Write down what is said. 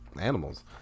animals